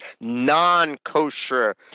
non-kosher